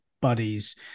buddies